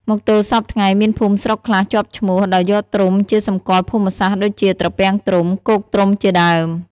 មកទល់សព្វថ្ងៃមានភូមិស្រុកខ្លះជាប់ឈ្មោះ ដោយយកត្រុំជាសម្គាល់ភូមិសាស្ត្រដូចជា ត្រពាំងត្រុំ គោកត្រុំជាដើម។